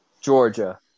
Georgia